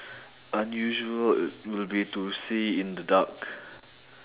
unusual would be to see in the dark